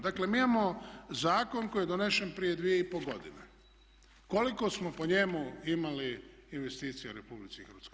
Dakle mi imamo zakon koji je donesen prije 2,5 godine, koliko smo po njemu imali investicija u RH?